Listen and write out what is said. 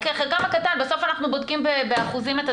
יש פה